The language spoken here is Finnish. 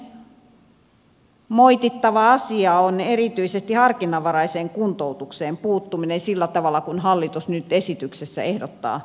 toinen moitittava asia on erityisesti harkinnanvaraiseen kuntoutukseen puuttuminen sillä tavalla kuin hallitus nyt esityksessä ehdottaa tehtävän